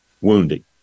wounding